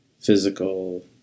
physical